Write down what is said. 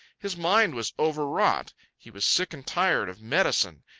his mind was overwrought. he was sick and tired of medicine,